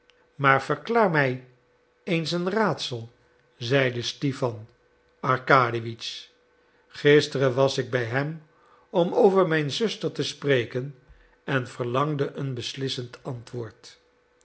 maar verklaar mij eens een raadsel zeide stipan arkadiewitsch gisteren was ik bij hem om over mijn zuster te spreken en verlangde een beslissend antwoord